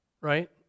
right